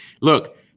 look